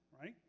right